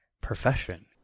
profession